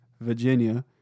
Virginia